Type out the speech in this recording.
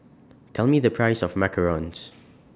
Tell Me The Price of Macarons